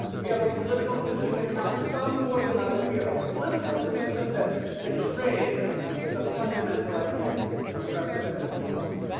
we have a political system that counts some more than others. we have a political system that betrays the fundamental idea of a representative democracy.